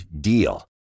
DEAL